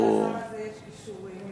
דווקא לשר הזה יש כישורים.